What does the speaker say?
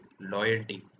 Loyalty